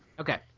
Okay